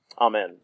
Amen